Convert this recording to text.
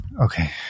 Okay